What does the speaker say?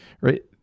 right